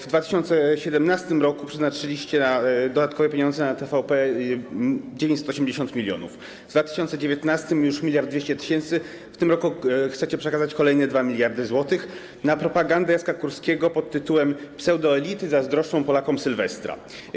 W 2017 r. przeznaczyliście dodatkowe pieniądze na TVP - 980 mln, w 2019 już 1200 mln, w tym roku chcecie przekazać kolejne 2 mld zł na propagandę Jacka Kurskiego pt. „Pseudoelity zazdroszczą Polakom sylwestra”